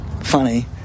funny